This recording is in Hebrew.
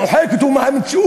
מוחק אותו מהמציאות,